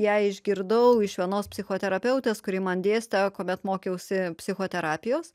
ją išgirdau iš vienos psichoterapeutės kuri man dėstė kuomet mokiausi psichoterapijos